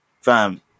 fam